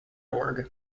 org